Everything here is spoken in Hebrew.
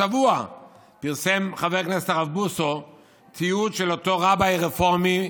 השבוע פרסם חבר הכנסת הרב בוסו תיעוד של אותו רביי רפורמי